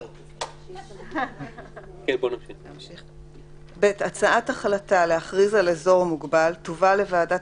ממשיכה בקריאה: (ב)הצעת החלטה להכריז על אזור מוגבל תובא לוועדת